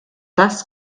das